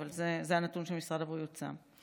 אבל זה הנתון שמשרד הבריאות שם.